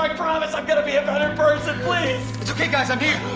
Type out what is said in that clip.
like promise i'm gonna be a better person, please. it's okay guys, i'm here